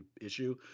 issue